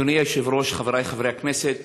אדוני היושב-ראש, חבריי חברי הכנסת,